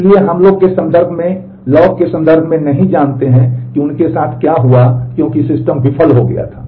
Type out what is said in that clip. इसलिए हम लॉग के संदर्भ में नहीं जानते हैं कि उनके साथ क्या हुआ होगा क्योंकि सिस्टम विफल हो गया था